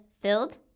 filled